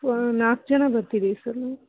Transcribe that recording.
ನಾಲ್ಕು ಜನ ಬರ್ತೀವಿ ಸರ್ ನಾವು